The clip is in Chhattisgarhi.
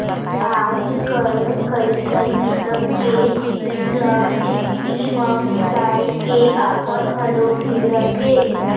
आजकल कइठन किसम के जिनिस ल किस्ती म बिसाए के ऑफर घलो मिलत हे